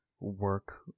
work